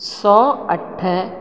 सौ अठ